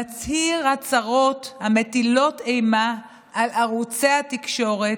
מצהיר הצהרות המטילות אימה על ערוצי התקשורת,